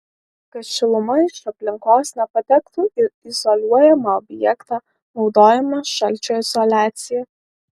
kad šiluma iš aplinkos nepatektų į izoliuojamą objektą naudojama šalčio izoliacija